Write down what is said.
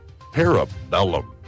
Parabellum